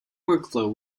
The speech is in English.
workflow